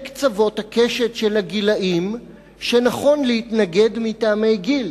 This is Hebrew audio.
קצוות הקשת של הגילים שנכון להתנגד מטעמי גיל,